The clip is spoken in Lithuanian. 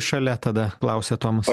šalia tada klausė tomas